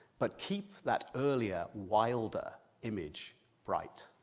but keep that earlier, wilder image bright.